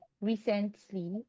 recently